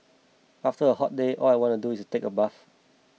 after a hot day all I want to do is take a bath